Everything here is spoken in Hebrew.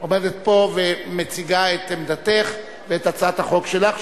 עומדת פה ומציגה את עמדתך ואת הצעת החוק שלך,